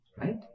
right